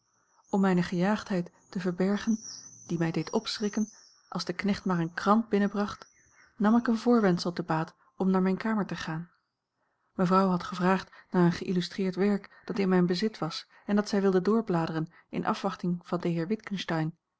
om mijne gejaagdheid te verbergen die mij deed opschrikken als de knecht maar een krant binnenbracht nam ik een voorwendsel te baat om naar mijne kamer te gaan mevrouw had gevraagd a l g bosboom-toussaint langs een omweg naar een geïllustreerd werk dat in mijn bezit was en dat zij wilde doorbladeren in afwachting van den heer